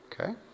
Okay